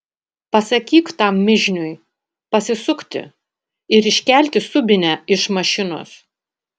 pasakyk tam mižniui pasisukti ir iškelti subinę iš mašinos